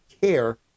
care